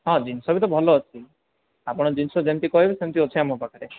ହଁ ଜିନ୍ସ ବି ତ ଭଲ ଅଛି ଆପଣ ଜିନ୍ସ ଯେମିତି କହିବେ ସେମିତି ଅଛି ଆମ ପାଖରେ